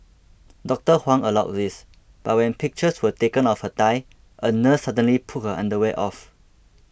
Doctor Huang allowed this but when pictures were taken of her thigh a nurse suddenly pulled her underwear off